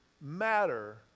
matter